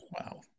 Wow